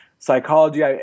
psychology